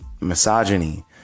misogyny